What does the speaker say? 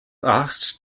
asked